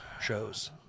shows